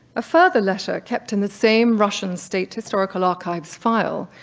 a further letter kept in the same russian state historical archives file,